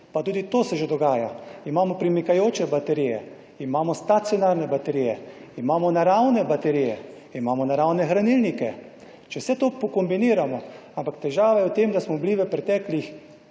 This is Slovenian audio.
pa tudi to se že dogaja. Imamo premikajoče baterije, imamo stacionarne baterije, imamo naravne baterije, imamo naravne hranilnike, če vse to pokombiniramo, ampak težava je v tem, da smo bili v preteklih